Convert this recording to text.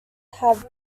have